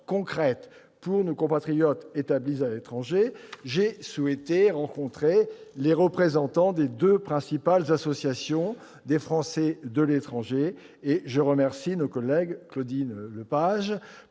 concrètes pour nos compatriotes établis à l'étranger, j'ai souhaité rencontrer les représentants des deux principales associations des Français de l'étranger. Je remercie Claudine Lepage,